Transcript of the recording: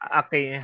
okay